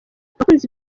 abakunzi